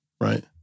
right